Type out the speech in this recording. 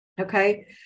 Okay